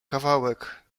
kawałek